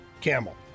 camel